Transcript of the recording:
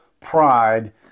pride